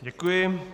Děkuji.